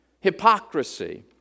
Hypocrisy